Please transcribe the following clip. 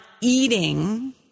eating